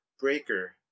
breaker